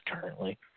currently